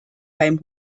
beim